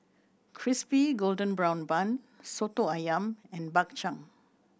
Crispy Golden Brown Bun Soto Ayam and Bak Chang